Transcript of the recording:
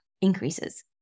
increases